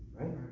right